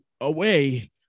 away